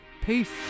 peace